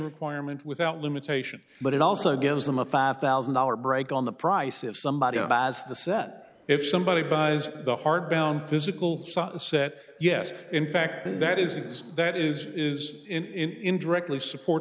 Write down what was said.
requirement without limitation but it also gives them a five thousand dollars break on the price if somebody up as the set if somebody buys the hardbound physical size set yes in fact that is that is is in directly supports